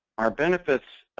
our benefits.